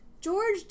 George